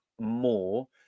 more